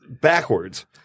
backwards